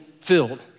filled